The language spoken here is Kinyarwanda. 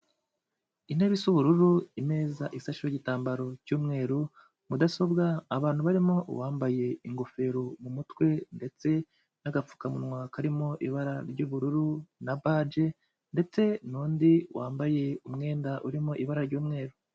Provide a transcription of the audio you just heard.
Intebe isa ubururu, imeza isasheho igitambaro cy'umweru, mudasobwa, abantu barimo uwambaye ingofero mu mutwe ndetse n'agapfukamunwa karimo ibara ry'ubururu na baje ndetse n'undi wambaye umwenda urimo ibara ry'umweru.